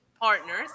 partners